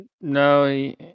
No